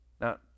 Now